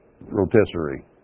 rotisserie